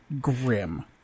grim